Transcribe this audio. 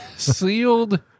sealed